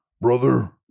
brother